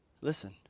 listen